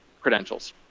credentials